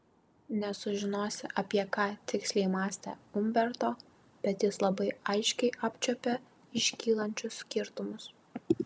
nesužinosi apie ką tiksliai mąstė umberto bet jis labai aiškiai apčiuopė iškylančius skirtumus